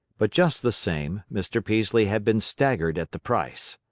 but just the same, mr. peaslee had been staggered at the price.